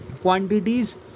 quantities